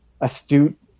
astute